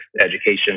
education